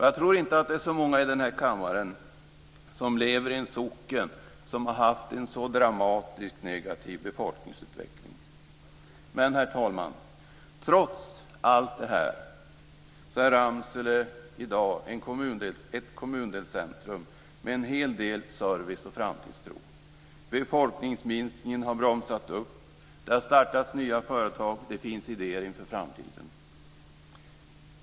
Jag tror inte att det är så många i den här kammaren som lever i en socken som har haft en så dramatiskt negativ befolkningsutveckling. Herr talman! Trots allt detta är Ramsele i dag ett kommundelscentrum med en hel del service och framtidstro. Befolkningsminskningen har bromsat upp, det har startats nya företag och det finns idéer inför framtiden.